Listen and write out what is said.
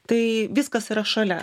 tai viskas yra šalia